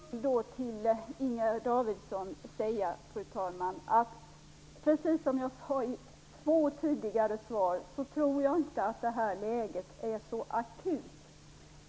Fru talman! Låt mig till Inger Davidson säga att jag, som jag sagt i två tidigare svar, inte tror att det här läget är så akut.